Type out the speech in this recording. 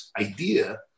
idea